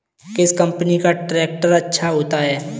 किस कंपनी का ट्रैक्टर अच्छा होता है?